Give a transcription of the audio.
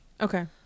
okay